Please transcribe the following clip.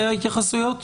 ההתייחסות?